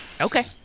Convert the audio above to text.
Okay